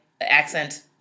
accent